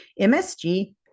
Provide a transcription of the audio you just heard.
MSG